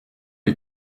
les